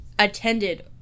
Attended